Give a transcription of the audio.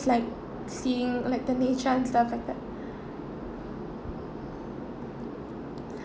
just like seeing the nature and stuff like that